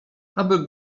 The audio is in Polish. aby